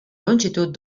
longitud